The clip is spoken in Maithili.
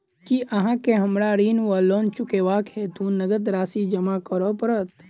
की अहाँ केँ हमरा ऋण वा लोन चुकेबाक हेतु नगद राशि जमा करऽ पड़त?